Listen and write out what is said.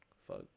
fuck